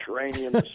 Mediterranean